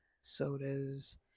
sodas